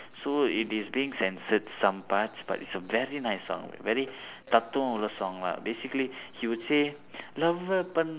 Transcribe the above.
so it is being censored some parts but it's a very nice song very தத்துவம் உள்ள:thaththuvam ulla song lah basically he would say